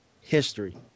history